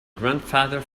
grandfather